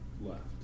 left